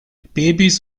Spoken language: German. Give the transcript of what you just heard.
babys